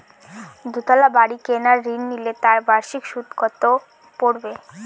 দুতলা বাড়ী কেনার ঋণ নিলে তার বার্ষিক সুদ কত পড়বে?